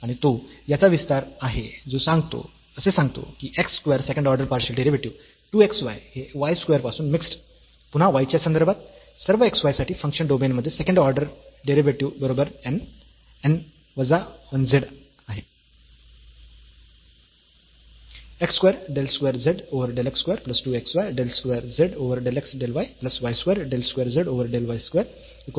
आणि तो याचा विस्तार आहे जो असे सांगतो की x square second order partial derivative 2 x y हे y स्क्वेअर पासून मिक्स्ड पुन्हा y च्या संदर्भात सर्व xy साठी फंक्शनच्या डोमेन मध्ये सेकंड ऑर्डर डेरिव्हेटिव्ह बरोबर n n वजा 1 z आहे